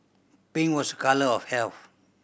pink was a colour of health